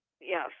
Yes